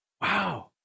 Wow